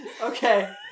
Okay